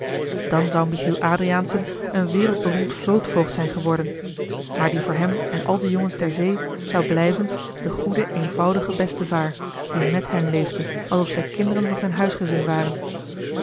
dan zou michiel adriaensen een wereldberoemd vlootvoogd zijn geworden maar die voor hem en al de jongens der zee zou blijven de goede eenvoudige bestevaer die mèt hen leefde alsof zij kinderen van zijn huisgezin waren